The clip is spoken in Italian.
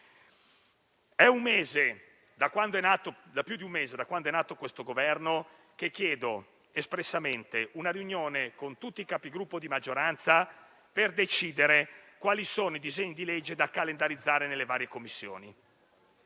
È da più di un mese, da quando è nato questo Governo, che chiedo espressamente una riunione con tutti i Capigruppo di maggioranza per decidere quali sono i disegni di legge da calendarizzare nelle varie Commissioni.